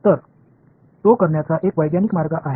तर तो करण्याचा एक वैज्ञानिक मार्ग आहे